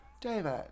David